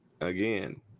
again